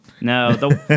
No